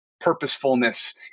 purposefulness